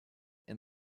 and